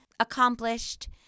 accomplished